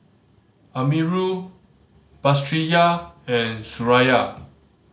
Amirul Batrisya and Suraya